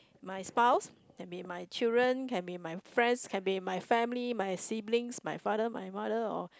my spouse can be my children can be my friends can be my family my siblings my father my mother or